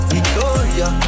Victoria